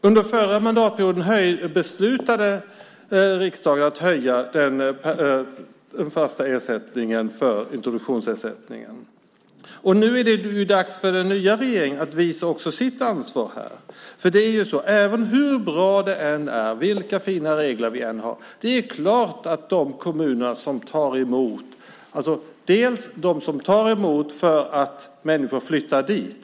Under förra mandatperioden beslutade riksdagen att höja introduktionsersättningen. Nu är det dags för den nya regeringen att också visa sitt ansvar. Hur bra det än är och vilka fina regler vi än har behövs pengar. Det finns kommuner som tar emot för att människor flyttar dit.